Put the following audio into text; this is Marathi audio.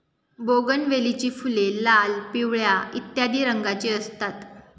बोगनवेलीची फुले लाल, पिवळ्या इत्यादी रंगांची असतात